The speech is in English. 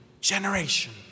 generation